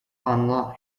online